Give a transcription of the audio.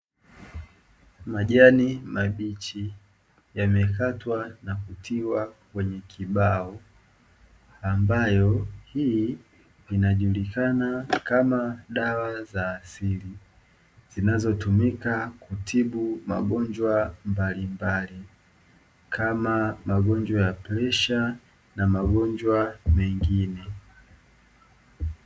Majani maibichi yamekatwa na kutiwa kwenye kibao, ambayo inajulikana kama dawa ya asili zinazo tumika kutibu maginjwa mbali mbali kama magonjwa ya presha ma magonjwa mengine.